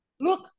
look